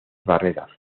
barreras